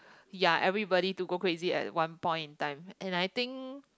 ya everybody to go crazy at one point in time and I think